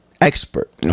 expert